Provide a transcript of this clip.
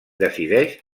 decideix